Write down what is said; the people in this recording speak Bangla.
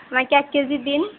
আমাকে এক কেজি দিন